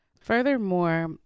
Furthermore